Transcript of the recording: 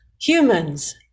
humans